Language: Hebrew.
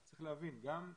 צריך להבין, גם צרפת,